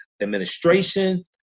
administration